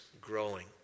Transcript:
growing